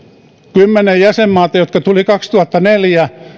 kymmenen jäsenmaata jotka tulivat kaksituhattaneljä baltian maat puola ynnä muut